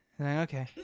Okay